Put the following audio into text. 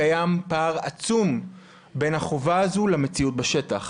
קיים פער עצום בין החובה הזו למציאות בשטח.